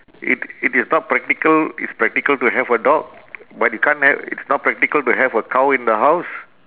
it it is not practical it's practical to have a dog but you can't ha~ it's not practical to have a cow in the house